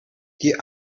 die